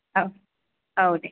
औ औ दे